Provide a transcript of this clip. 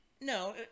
no